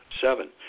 seven